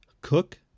Cook